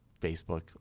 Facebook